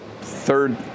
third